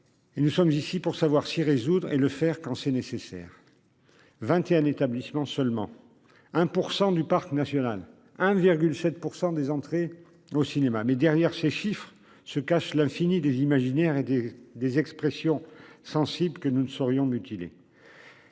Nous sommes ici pour savoir s'y résoudre et le faire quand c'est nécessaire. 21 établissements seulement 1% du parc national, 1,7% des entrées au cinéma, mais derrière ces chiffres se cachent l'infinies des imaginaires et des des expressions Sensible que nous ne saurions mutilé.